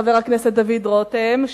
חבר הכנסת דוד רותם,